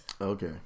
Okay